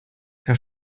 herr